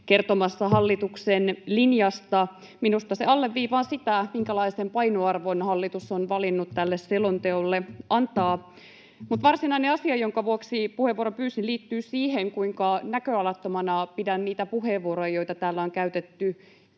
kertomassa hallituksen linjasta. Minusta se alleviivaa sitä, minkälaisen painoarvon hallitus on valinnut tälle selonteolle antaa. Mutta varsinainen asia, jonka vuoksi puheenvuoron pyysin, liittyy siihen, kuinka näköalattomina pidän niitä puheenvuoroja, joita täällä on käytetty